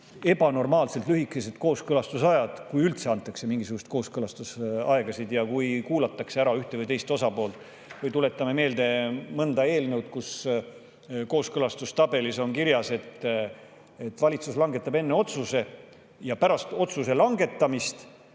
ebanormaalselt lühikesed kooskõlastusajad, kui üldse antakse mingisuguseid kooskõlastusaegasid ja kui üldse kuulatakse ära ühte või teist osapoolt. Või tuletame meelde mõnda eelnõu, kus kooskõlastustabelis on kirjas, et valitsus langetab enne otsuse ja pärast otsuse langetamist